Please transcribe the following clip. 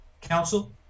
council